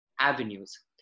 avenues